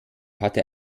hatte